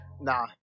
Nah